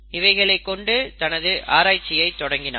இவைகளைக் கொண்டு தனது ஆராய்ச்சியைத் தொடங்கினார்